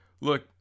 look